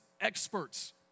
experts